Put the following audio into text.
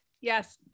Yes